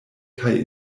kaj